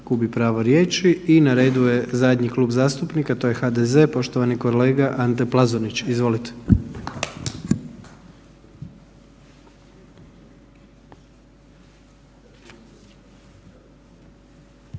gubi pravo riječi i na redu je zadnji klub zastupnika, to je HDZ, poštovani kolega Ante Plazonić, izvolite.